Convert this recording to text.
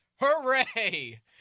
Hooray